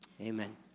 Amen